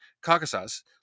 Caucasus